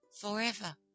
forever